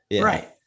right